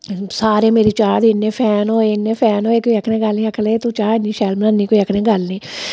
सारे मेरी चाह् दे इन्ने फैन होए इन्ने फैन होए कोई आखने दी गल्ल नेईं आखन लगे तू चाह् इन्नी शैल बनान्नी कोई आखने दी गल्ल निं